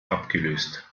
abgelöst